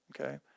okay